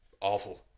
awful